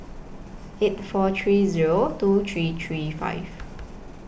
eight four three Zero two three three five